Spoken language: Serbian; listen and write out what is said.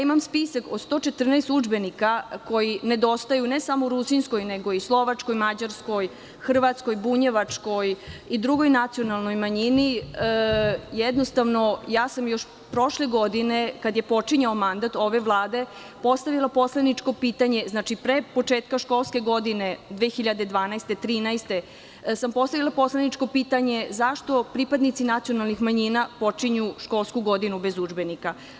Imam spisak od 114 udžbenika koji nedostaju ne samo u rusinskoj, nego i slovačkoj, mađarskoj, hrvatskoj, bunjevačkoj i drugoj nacionalnoj manjini, jednostavno, ja sam još prošle godine kada je počinjao mandat ove Vlade postavila poslaničko pitanje, pre početka školske godine 2012, 2013. godine sam postavila poslaničko pitanje – zašto pripadnici nacionalnih manjina počinju školsku godinu bez udžbenika?